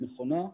היא נכונה.